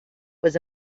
was